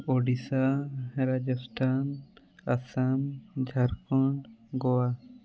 Odisha Rajasthan Assam Jharkhand Goa